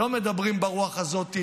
לא מדברים ברוח הזאת,